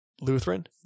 Lutheran